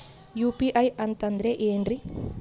UPI ಅಂತಂದ್ರೆ ಏನ್ರೀ?